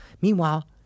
meanwhile